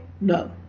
no